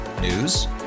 News